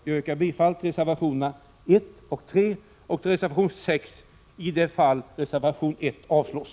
Jag yrkar bifall till reservationerna 1 och 3, och till reservation 6 i det fall reservation 1 avslås.